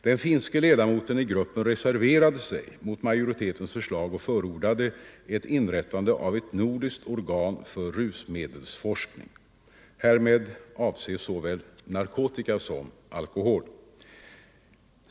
Den finske ledamoten i gruppen reserverade sig mot majoritetens förslag och förordade ett inrättande av ett nordiskt organ för rusmedelsforskning. Härmed avses såväl narkotika som alkohol.